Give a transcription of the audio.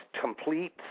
complete